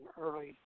early